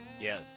Yes